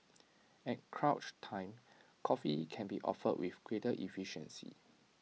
at crunch time coffee can be offered with greater efficiency